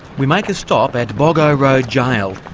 we make a stop at boggo rd jail,